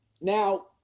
Now